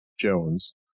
jones